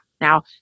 Now